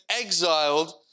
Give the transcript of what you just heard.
exiled